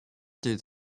through